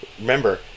remember